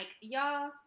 y'all